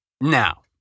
Now